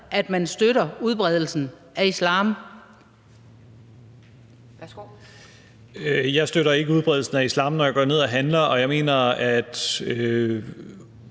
Rasmus Stoklund (S): Jeg støtter ikke udbredelsen af islam, når jeg går ned og handler, og jeg mener, at